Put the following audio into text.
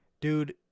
Dude